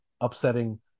upsetting